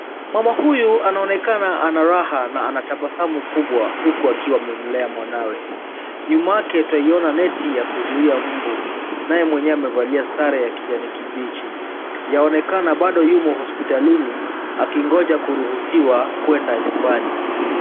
Mama huyu anaonekana ana raha na anatabasamu kubwa huku akiwa amemlea mwanawe. Nyuma yake twaiona neti ya kuzuia mbu naye mwenyewe amevalia sare ya kijani kibichi. Yaonekana bado yumo hospitalini akingoja kuruhusiwa kwenda nyumbani.